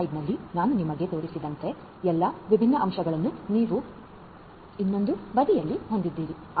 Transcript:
ಹಿಂದಿನ ಸ್ಲೈಡ್ನಲ್ಲಿ ನಾನು ನಿಮಗೆ ತೋರಿಸಿದಂತಹ ಎಲ್ಲಾ ವಿಭಿನ್ನ ಅಂಶಗಳನ್ನು ನೀವು ಇನ್ನೊಂದು ಬದಿಯಲ್ಲಿ ಹೊಂದಿದ್ದೀರಿ